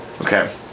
Okay